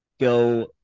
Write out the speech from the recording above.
go